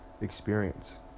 experience